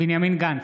בנימין גנץ,